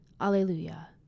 Alleluia